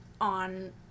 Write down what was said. on